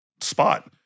Spot